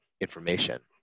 information